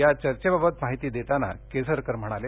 या चर्चेबाबत माहिती देताना केसरकर म्हणाले